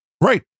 Right